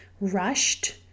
rushed